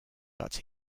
but